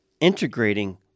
integrating